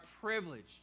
privileged